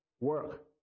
Work